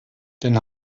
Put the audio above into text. den